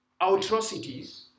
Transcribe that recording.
atrocities